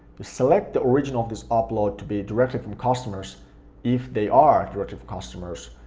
you select the origin of this upload to be directly from customers if they are your active customers,